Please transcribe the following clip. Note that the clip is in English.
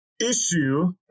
issue